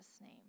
name